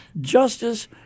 justice